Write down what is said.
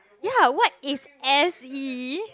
ya what is S_E